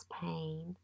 pain